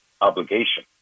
obligation